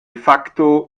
facto